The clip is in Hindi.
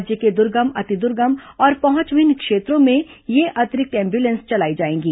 राज्य के दुर्गम अति दुर्गम और पहुंचविहीन क्षेत्रों में ये अतिरिक्त एम्बुलेंस चलाई जाएंगी